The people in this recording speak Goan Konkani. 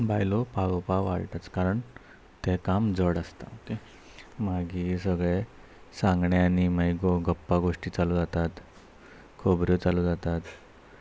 बायलो पळोवपाक वाळटाच कारण तें काम जड आसता ओके मागीर सगळे सांगण्या आनी मागी गो गप्पा गोश्टी चालू जातात खोबऱ्यो चालू जातात